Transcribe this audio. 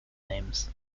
names